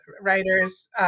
writers